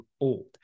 old